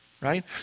right